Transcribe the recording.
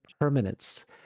permanence